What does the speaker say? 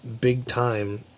big-time